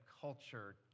culture